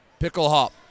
Picklehop